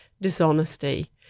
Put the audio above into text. dishonesty